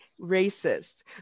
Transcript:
racist